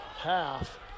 half